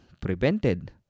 prevented